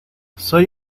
soy